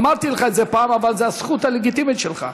אמרתי לך את זה פעם, אבל זאת הזכות הלגיטימית שלך.